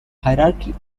hierarchy